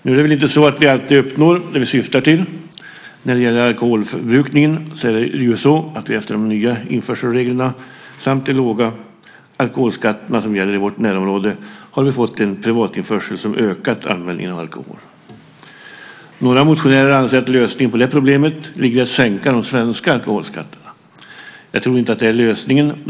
Det är inte så att vi alltid uppnår det vi syftar till. När det gäller alkoholförbrukningen har vi efter de nya införselreglerna och de låga alkoholskatterna i vårt närområde fått en privatinförsel som ökat användningen av alkohol. Några motionärer anser att lösningen på det problemet ligger i att sänka de svenska alkoholskatterna. Jag tror inte att det är lösningen.